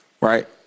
right